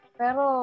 pero